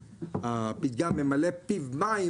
הפתגם "ממלא פיו מים",